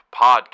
Podcast